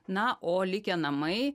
na o likę namai